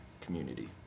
community